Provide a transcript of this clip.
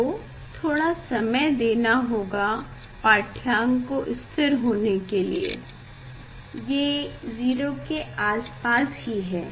आपको थोड़ा समय देना होगा पाठ्यांक को स्थिर होने के लिए ये 0 के आस पास ही है